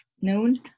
noon